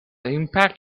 impact